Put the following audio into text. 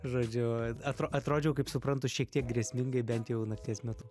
žodžiu atro atrodžiau kaip suprantu šiek tiek grėsmingai bent jau nakties metu